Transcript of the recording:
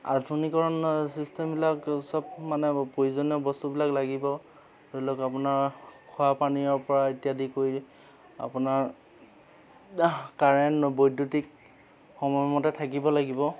আধুনিকৰণ ছিষ্টেমবিলাক সব মানে প্ৰয়োজনীয় বস্তুবিলাক লাগিব ধৰি লওক আপোনাৰ খোৱা পানীৰ পৰা ইত্যাদি কৰি আপোনাৰ কাৰেণ্ট বৈদ্যুতিক সময়মতে থাকিব লাগিব